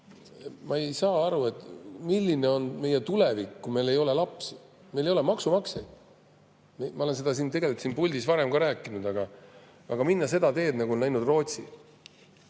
Ma ei saa aru, milline on meie tulevik, kui meil ei ole lapsi, meil ei ole maksumaksjaid. Ma olen seda tegelikult siin puldis varem ka rääkinud, aga minna seda teed, nagu on läinud Rootsi,